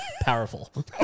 powerful